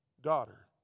daughter